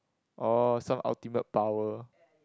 oh some ultimate power